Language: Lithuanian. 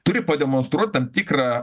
turi pademonstruot tam tikrą